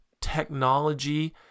technology